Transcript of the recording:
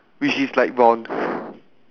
which is light brown